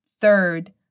Third